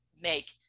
make